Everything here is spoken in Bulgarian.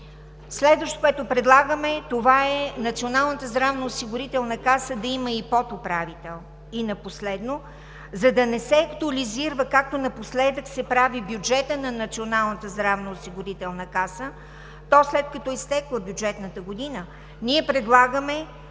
Следващото, което предлагаме, това е Националната здравноосигурителна каса да има и подуправител. И последно, за да не се актуализира, както напоследък се прави бюджетът на Националната здравноосигурителна каса, то след като е изтекла бюджетната година, ние предлагаме